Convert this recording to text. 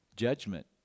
judgment